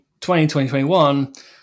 2021